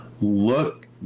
Look